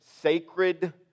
sacred